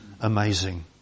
amazing